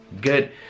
good